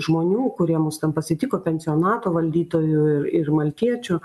žmonių kurie mus ten pasitiko pensionato valdytojų ir ir maltiečių